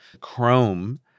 chrome